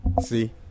see